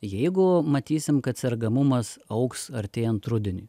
jeigu matysim kad sergamumas augs artėjant rudeniui